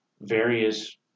various